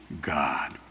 God